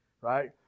right